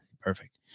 perfect